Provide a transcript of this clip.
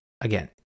again